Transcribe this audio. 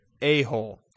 a-hole